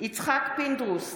יצחק פינדרוס,